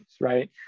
right